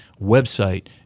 website